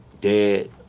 dead